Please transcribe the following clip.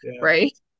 right